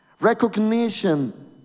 Recognition